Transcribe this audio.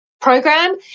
program